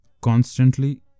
Constantly